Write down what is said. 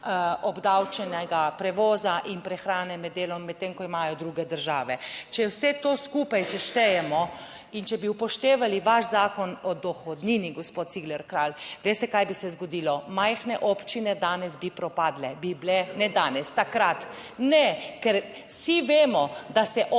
obdavčenega prevoza in prehrane med delom, medtem, ko imajo druge države. Če vse to skupaj seštejemo in če bi upoštevali vaš zakon o dohodnini, gospod Cigler Kralj, veste, kaj bi se zgodilo? Majhne občine danes bi propadle, bi bile, ne danes, takrat. Ne, ker vsi vemo, da se občine